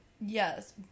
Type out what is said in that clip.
Yes